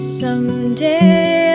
someday